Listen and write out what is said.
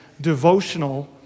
devotional